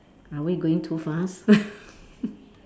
are we going too fast